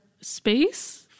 space